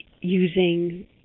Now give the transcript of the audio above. using